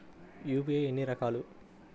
UPI ఎన్ని రకాలు?